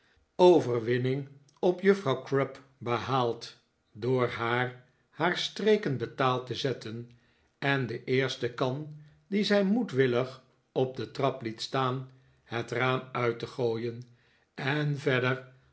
overwinning op juffrouw crupp behaald door haar haar streken betaald te zetten en de eerste kan die zij moedwillig op de trap liet staan het raam uit te gooien en verder